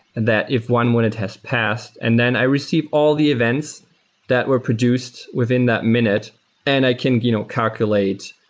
and that if one one test passed and then i received all the events that were produced within that minute and i can you know calculate,